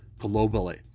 globally